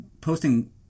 posting